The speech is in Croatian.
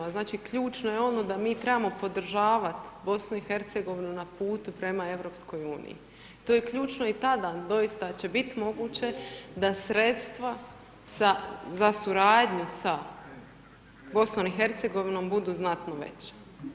Znači, ključno je ono da mi trebamo podržavati BiH na putu prema EU, to je ključno i tada doista će biti moguće da sredstva za suradnju sa BiH budu znatno veća.